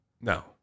No